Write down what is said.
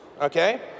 okay